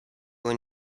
when